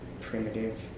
primitive